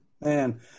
Man